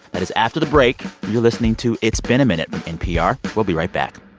that is after the break. you're listening to it's been a minute from npr. we'll be right back